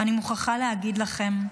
ואני מוכרחה להגיד לכם: